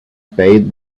bade